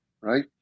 right